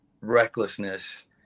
recklessness